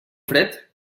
fred